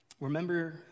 Remember